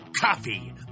Coffee